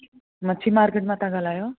मछी मार्केट मां तां ॻाल्हायो